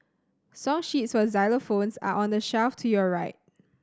song sheets for xylophones are on the shelf to your right